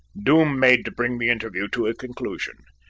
doom made to bring the interview to a conclusion.